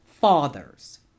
fathers